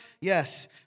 Yes